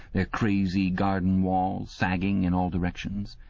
their crazy garden walls sagging in all directions?